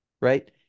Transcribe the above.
right